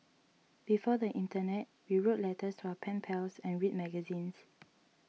before the internet we wrote letters to our pen pals and read magazines